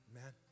Amen